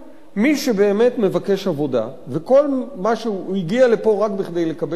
מי שבאמת מבקש עבודה והוא הגיע לפה רק כדי להשיג עבודה,